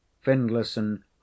findlayson